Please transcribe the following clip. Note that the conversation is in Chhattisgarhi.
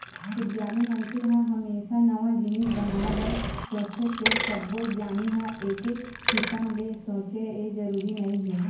उद्यमी मनखे ह हमेसा नवा जिनिस बनाए बर सोचथे फेर सब्बो उद्यमी ह एके किसम ले सोचय ए जरूरी नइ हे